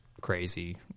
crazy